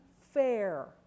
fair